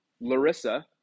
Larissa